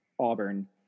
Auburn